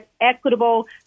equitable